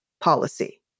policy